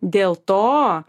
dėl to